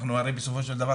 אנחנו הרי בסופו של דבר,